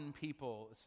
people